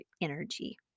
energy